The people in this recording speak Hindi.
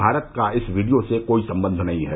भारत का इस वीडियो से कोई संबंध नहीं है